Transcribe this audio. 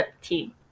team